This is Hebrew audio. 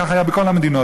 כך היה בכל המדינות,